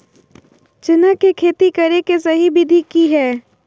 चना के खेती करे के सही विधि की हय?